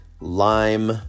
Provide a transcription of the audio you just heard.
Lime